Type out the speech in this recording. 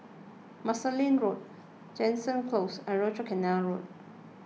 Marsiling Road Jansen Close and Rochor Canal Road